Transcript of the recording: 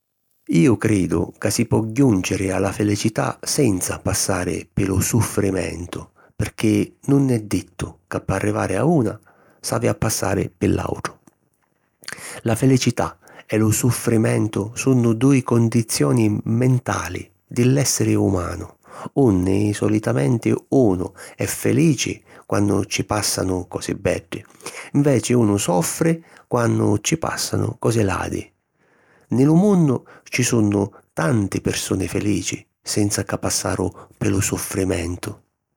Iu cridu ca si po jùnciri a la felicità senza passari pi lu suffrimentu pirchì nun è dittu ca p'arrivari a una s'havi a passari pi l’àutru. La felicità e lu suffrimentu sunnu dui condizioni mentali di l'èssiri umanu, unni solitamenti unu è felici quannu ci pàssanu cosi beddi, nveci unu soffri quannu ci pàssanu cosi ladi. Nni lu munnu ci sunnu tanti pirsuni felici senza ca passaru pi lu suffrimentu.